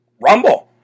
Rumble